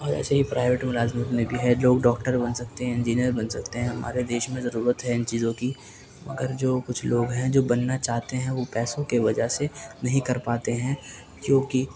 اور ایسے ہی پرائیوٹ ملازمت میں بھی ہے لوگ ڈاکٹر بن سکتے ہیں انجینئر بن سکتے ہیں ہمارے دیش میں ضرورت ہے ان چیزوں کی مگر جو کچھ لوگ ہیں جو بننا چاہتے ہیں وہ پیسوں کے وجہ سے نہیں کر پاتے ہیں کیوںکہ